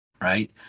right